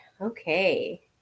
Okay